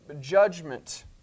judgment